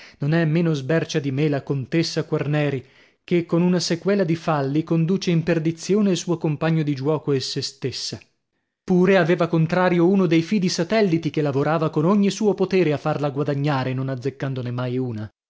non è meno sbercia di me la contessa quarneri che con una sequela di falli conduce in perdizione il suo compagno di giuoco e sè stessa pure aveva contrario uno dei fidi satelliti che lavorava con ogni suo potere a farla guadagnare non azzeccandone mai una